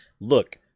look